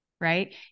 Right